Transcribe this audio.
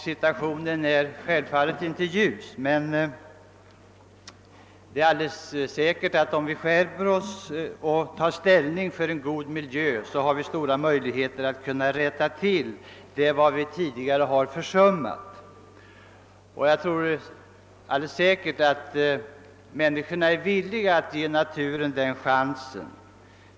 Situationen är självfallet inte ljus, men det är alldeles säkert att vi, om vi skärper oss och tar ställning för en god miljö, har stora möjligheter att rätta till vad som tidigare har försummats, och jag tror att människorna är villiga att ge naturen den chansen.